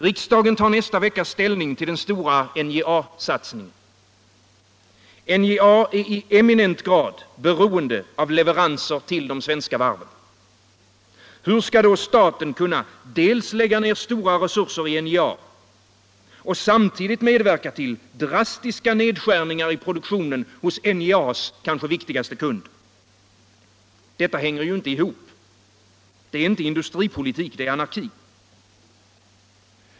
Riksdagen tar nästa vecka ställning till den stora NJA-satsningen. NJA är i eminent grad beroende av leveranser till de svenska varven. Hur skall då staten dels kunna lägga ner stora resurser i NJA, dels medverka till drastiska nedskärningar i produktionen hos NJA:s kanske viktigaste kund? Detta hänger ju inte ihop. Det är inte industripolitik. Det är anarki.